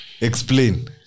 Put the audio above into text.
Explain